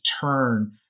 turn